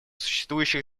существующих